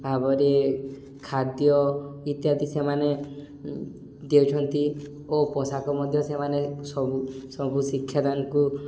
ଭାବରେ ଖାଦ୍ୟ ଇତ୍ୟାଦି ସେମାନେ ଦେଉଛନ୍ତି ଓ ପୋଷାକ ମଧ୍ୟ ସେମାନେ ସବୁ ସବୁ ଶିକ୍ଷାଦାନଙ୍କୁ